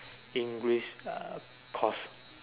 English uh course